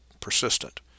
persistent